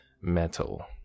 metal